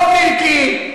לא מילקי.